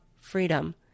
freedom